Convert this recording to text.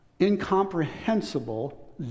incomprehensible